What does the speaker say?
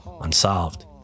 unsolved